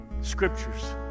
scriptures